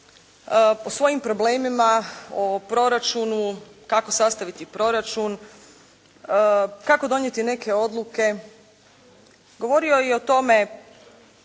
o svojim problemima, o proračunu, kako sastaviti proračun, kako donijeti neke odluke. Govorio je i o tome,